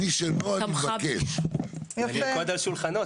אני ארקוד על שולחנות?